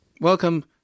Welcome